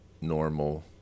normal